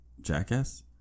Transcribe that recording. Jackass